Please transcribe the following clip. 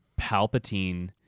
Palpatine